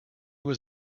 was